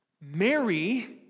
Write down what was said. Mary